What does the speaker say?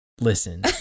listen